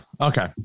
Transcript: Okay